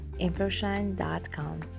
infoshine.com